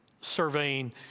surveying